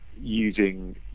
using